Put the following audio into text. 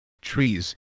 trees